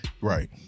Right